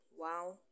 wow